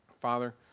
Father